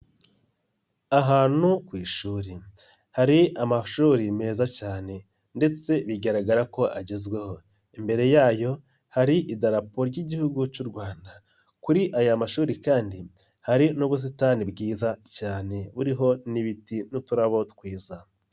Ahantu ku ishuri hari amashuri meza cyane ndetse bigaragara ko agezweho, imbere yayo hari idarapo ry'Igihugu cy'u Rwanda, kuri aya mashuri kandi hari n'ubusitani bwiza cyane buriho n'ibiti n'uturabo twiza.